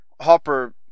Hopper